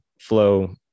flow